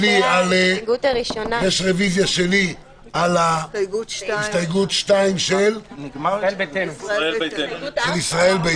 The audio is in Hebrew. על הצבעה שנייה, שהיא הסתייגות 4 של ישראל ביתנו.